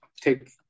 take